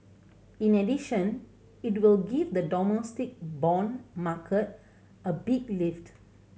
in addition it will give the domestic bond market a big lift